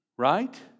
right